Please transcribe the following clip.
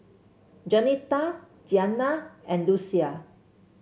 Jaunita Gianna and Lucia